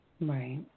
Right